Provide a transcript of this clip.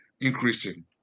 increasing